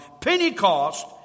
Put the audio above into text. Pentecost